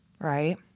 Right